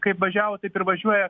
kaip važiavo taip ir važiuoja